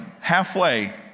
halfway